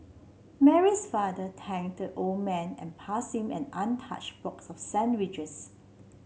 Mary's father tanked the old man and passed him an untouched box of sandwiches